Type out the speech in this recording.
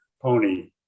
pony